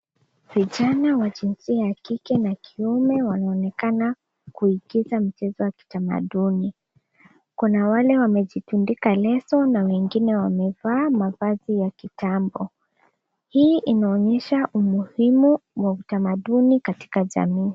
Vijana wa jinsia ya kike na kiume wanaonekana kuigiza mchezo wa kitamaduni. Kuna wale wamejitundika leso na wengine wamevaa mavazi ya kitambo. Hii inaonyesha umuhimu wa utamaduni katika jamii.